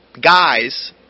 guys